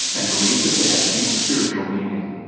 and believed that they had deep spiritual meaning.